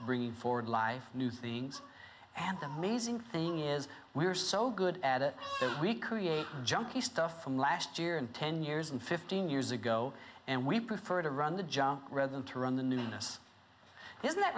bringing forward life new things and amazing thing is we are so good at it we create junkie stuff from last year and ten years and fifteen years ago and we prefer to run the jump rather than to run the newness isn't